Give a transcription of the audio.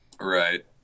Right